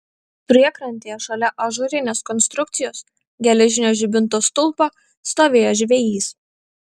priekrantėje šalia ažūrinės konstrukcijos geležinio žibinto stulpo stovėjo žvejys